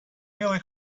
really